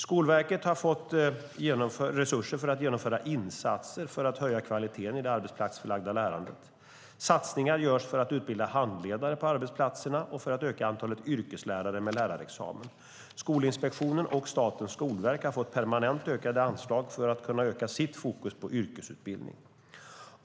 Skolverket har fått resurser för att genomföra insatser för att höja kvaliteten i det arbetsplatsförlagda lärandet. Satsningar görs för att utbilda handledare på arbetsplatserna och för att öka antalet yrkeslärare med lärarexamen. Skolinspektionen och Statens skolverk har fått permanent ökade anslag för att kunna öka sitt fokus på yrkesutbildning.